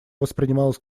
воспринималось